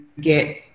get